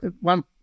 one